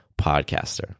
podcaster